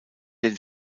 den